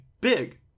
big